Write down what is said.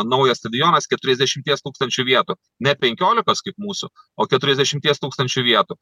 naujas stadionas keturiasdešimties tūkstančių vietų ne penkiolikos kaip mūsų o keturiasdešimties tūkstančių vietų